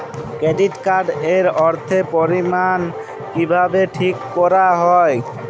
Credit card এর অর্থের পরিমান কিভাবে ঠিক করা হয়?